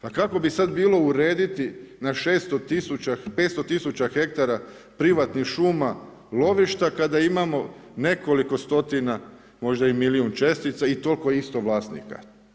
Pa kako bi sad bilo urediti na 600 500 tisuća ha privatnih šuma lovišta kada imamo nekoliko stotina, možda i milion čestica i toliko isto vlasnika.